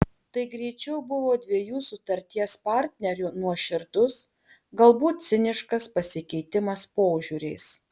tai greičiau buvo dviejų sutarties partnerių nuoširdus galbūt ciniškas pasikeitimas požiūriais